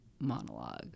monologue